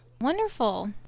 Wonderful